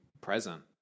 present